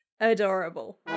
Adorable